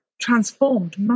transformed